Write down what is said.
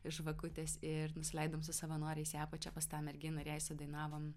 žvakutės ir nusileidom su savanoriais į apačią pas tą merginą ir jai sudainavom